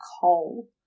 coal